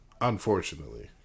Unfortunately